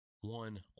one